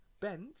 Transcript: bent